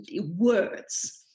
words